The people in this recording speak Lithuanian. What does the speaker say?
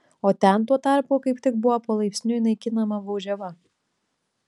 o ten tuo tarpu kaip tik buvo palaipsniui naikinama baudžiava